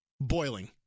boiling